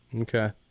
Okay